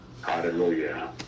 Hallelujah